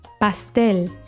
Pastel